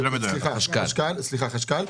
סליחה, החשכ"ל.